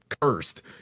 cursed